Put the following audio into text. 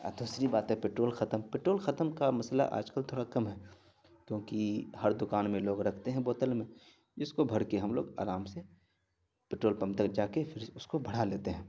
دوسری باتیں پٹرول ختم پٹرول ختم کا مسئلہ آج کل تھوڑا کم ہے کیونکہ ہر دکان میں لوگ رکھتے ہیں بوتل میں جس کو بھر کے ہم لوگ آرام سے پٹرول پمپ تک جا کے پھر اس کو بھرا لیتے ہیں